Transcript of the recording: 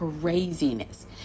craziness